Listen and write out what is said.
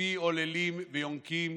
"מפי עוללים ויֹנקים